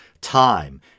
time